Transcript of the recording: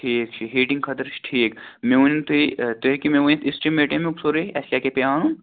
ٹھیٖک چھُ ہیٖٹِنٛگ خٲطرٕ چھُ ٹھیٖک مےٚ ؤنِو تُہۍ تُہۍ ہیٚکِو مےٚ ؤنِتھ ایٚسٹِمیٹ سورُے اَسہِ کیاہ کیاہ پیٚیہِ اَنُن